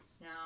No